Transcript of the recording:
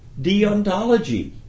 deontology